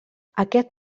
aquest